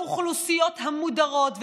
לאוכלוסיות המודרות,